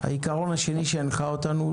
העיקרון השני שהנחה אותנו,